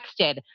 texted